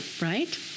Right